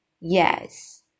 Yes